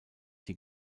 die